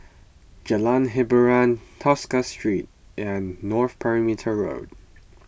Jalan Hiboran Tosca Street and North Perimeter Road